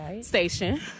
station